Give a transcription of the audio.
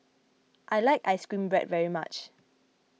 I like Ice Cream Bread very much